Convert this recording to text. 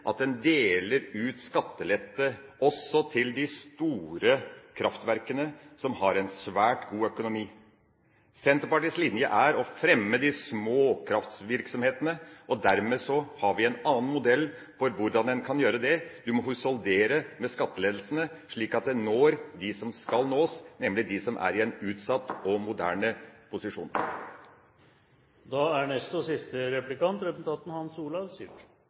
de store kraftverkene, som har en svært god økonomi. Senterpartiets linje er å fremme de små kraftvirksomhetene, og dermed har vi en annen modell for hvordan en kan gjøre det. Vi må husholdere med skattelettelsene, slik at en når dem som skal nås, nemlig de som er i en utsatt og moderne posisjon. Det er alltid interessant å høre på representanten